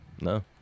No